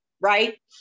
right